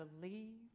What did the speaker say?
believe